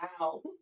Wow